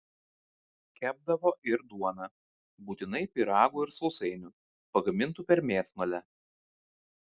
kepdavo ir duoną būtinai pyragų ir sausainių pagamintų per mėsmalę